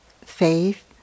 faith